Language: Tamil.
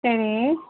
சரி